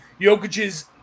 Jokic's